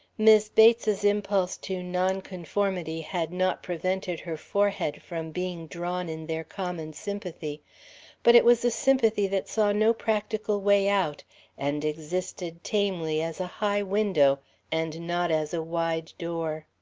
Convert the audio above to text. mis' bates's impulse to nonconformity had not prevented her forehead from being drawn in their common sympathy but it was a sympathy that saw no practical way out and existed tamely as a high window and not as a wide door.